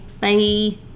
Bye